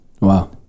Wow